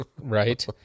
Right